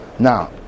Now